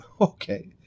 Okay